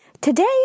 Today